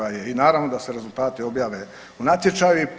I naravno da se rezultati objave u natječaju.